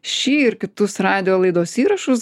šį ir kitus radijo laidos įrašus